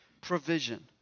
provision